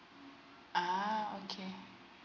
uh okay